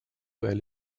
weil